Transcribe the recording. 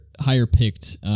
higher-picked